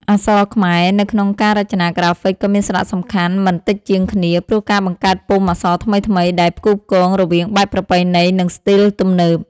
អក្សរខ្មែរនៅក្នុងការរចនាក្រាហ្វិកក៏មានសារៈសំខាន់មិនតិចជាងគ្នា ព្រោះការបង្កើតពុម្ពអក្សរថ្មីៗ ដែលផ្គូផ្គងរវាងបែបប្រពៃណី និងស្ទីលទំនើប